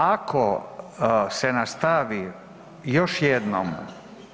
Ako se nastavi još jednom